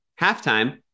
halftime